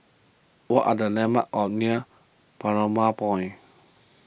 what are the landmarks are near Balmoral Point